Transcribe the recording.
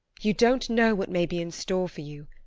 you don't know what may be in store for you,